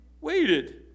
waited